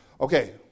Okay